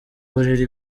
buriri